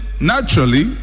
naturally